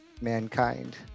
Mankind